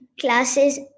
classes